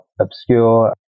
obscure